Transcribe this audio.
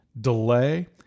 delay